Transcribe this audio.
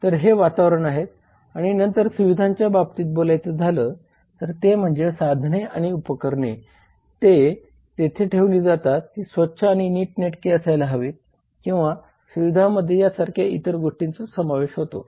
तर हे वातावरण आहे आणि नंतर सुविधांच्या बाबतीत बोलायचं झाल तर ते म्हणजे साधने आणि उपकरणे जे तेथे ठेवली जातात ती स्वच्छ आणि नीटनेटकी असायला हवीत किंवा सुविधांमध्ये या सारख्या इतर गोष्टींचा समावेश होतो